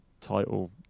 title